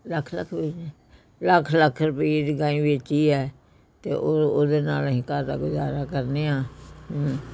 ਲੱਖ ਲੱਖ ਲੱਖ ਲੱਖ ਰੁਪਈਏ ਦੀ ਗਾਂਈ ਵੇਚੀ ਹੈ ਅਤੇ ਉਹ ਉਹਦੇ ਨਾਲ ਅਸੀਂ ਘਰ ਦਾ ਗੁਜ਼ਾਰਾ ਕਰਦੇ ਹਾਂ